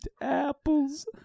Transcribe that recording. apples